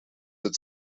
het